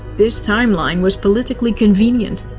this timeline was politically convenient.